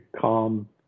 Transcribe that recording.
calm